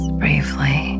briefly